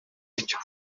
buryo